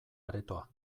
aretoa